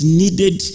needed